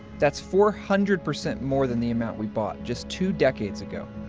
that's four hundred percent more than the amount we bought just two decades ago.